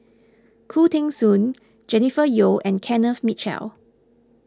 Khoo Teng Soon Jennifer Yeo and Kenneth Mitchell